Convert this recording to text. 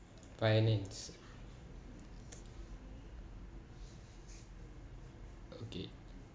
finance okay